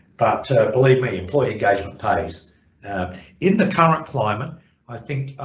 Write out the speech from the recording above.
but believe me employee engagement pays in the current climate i think